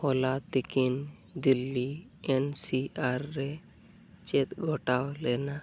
ᱦᱚᱞᱟ ᱛᱤᱠᱤᱱ Delhi N C R ᱨᱮ ᱪᱮᱫ ᱜᱷᱚᱴᱟᱣᱞᱮᱱᱟ